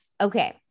Okay